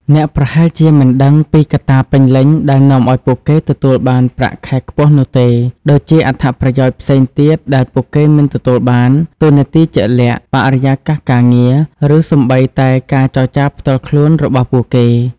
អ្នកប្រហែលជាមិនដឹងពីកត្តាពេញលេញដែលនាំឲ្យពួកគេទទួលបានប្រាក់ខែខ្ពស់នោះទេ ដូចជាអត្ថប្រយោជន៍ផ្សេងទៀតដែលពួកគេមិនទទួលបាន តួនាទីជាក់លាក់ បរិយាកាសការងារ ឬសូម្បីតែការចរចាផ្ទាល់ខ្លួនរបស់ពួកគេ។